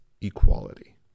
equality